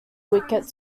wicket